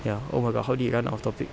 ya oh my god how did it run out of topic